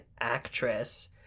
Actress